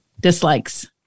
dislikes